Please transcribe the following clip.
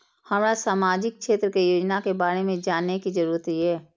हमरा सामाजिक क्षेत्र के योजना के बारे में जानय के जरुरत ये?